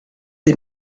des